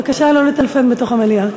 בבקשה לא לטלפן בתוך המליאה.